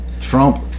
Trump